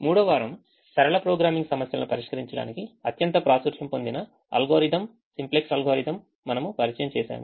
మూడవ వారం సరళ ప్రోగ్రామింగ్ సమస్యలను పరిష్కరించడానికి అత్యంత ప్రాచుర్యం పొందిన అల్గోరిథం సింప్లెక్స్ అల్గోరిథం మనము పరిచయం చేసాము